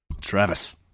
Travis